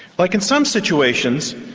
like in some situations,